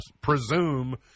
presume